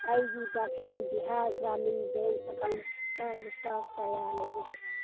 ꯑꯩꯒꯤ Dakshin Bihar Gramin bank account ꯂꯨꯄꯥ ꯀꯌꯥ ꯂꯩꯕꯒꯦ